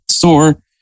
store